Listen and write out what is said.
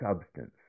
substance